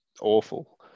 awful